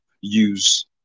use